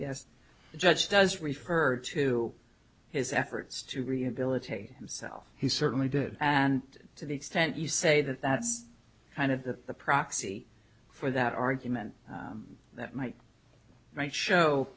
guess the judge does refer to his efforts to rehabilitate himself he certainly did and to the extent you say that that's kind of the the proxy for that argument that might might show